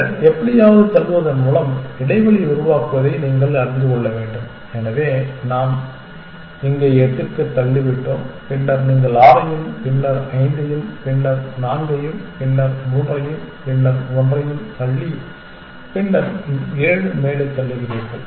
பின்னர் எப்படியாவது தள்ளுவதன் மூலம் இடைவெளி உருவாக்குவதை நீங்கள் அறிந்து கொள்ள வேண்டும் எனவே நாம் இங்கே எட்டுக்கு தள்ளிவிட்டோம் பின்னர் நீங்கள் 6 ஐயும் பின்னர் 5 ஐயும் பின்னர் 4 ஐயும் பின்னர் 3 ஐயும் பின்னர் 1 ஐயும் தள்ளி பின்னர் ஏழு மேலே தள்ளுகிறீர்கள்